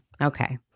Okay